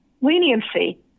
leniency